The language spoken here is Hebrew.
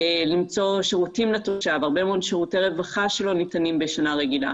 למצוא שירותים כאשר יש הרבה מאוד שירותי רווחה שלא ניתנים בשנה רגילה.